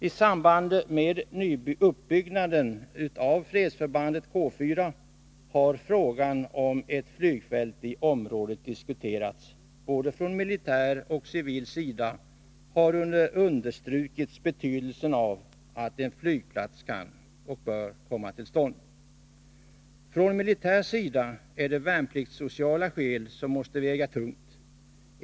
I samband med uppbyggandet av fredsförbandet K 4 har frågan om ett flygfält i området diskuterats. Både från militär och civil sida har understrukits betydelsen av att en flygplats kommer till stånd. Från militär sida är det värnpliktssociala skäl som väger tungt.